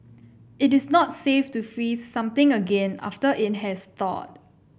it is not safe to freeze something again after it has thawed